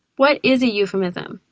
what is a euphemism?